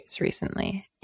recently